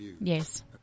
Yes